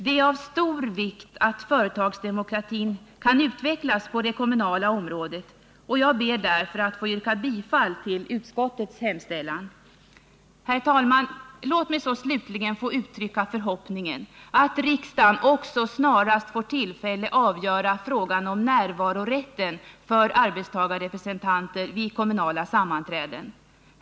Det är av stor vikt att företagsdemokratin kan utvecklas på det kommunala området, och jag ber därför att få yrka bifall till utskottets hemställan. Herr talman! Låt mig slutligen få uttrycka förhoppningen att riksdagen snarast får tillfälle att avgöra också frågan om närvarorätten för arbetstagarrepresentanter vid kommunala sammanträden.